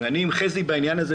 ואני עם חזי בקשר בעניין הזה